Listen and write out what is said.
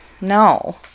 No